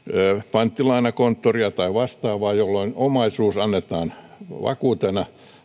panttilainakonttoria tai vastaavaa jolloin omaisuus annetaan vakuutena